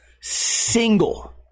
Single